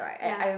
ya